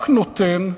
רק נותן,